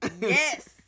Yes